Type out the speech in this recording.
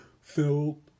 filled